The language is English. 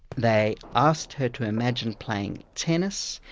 they asked her to imagine playing tennis,